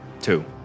Two